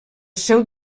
seu